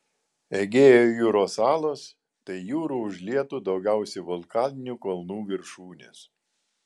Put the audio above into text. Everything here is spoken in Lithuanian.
egėjo jūros salos tai jūrų užlietų daugiausiai vulkaninių kalnų viršūnės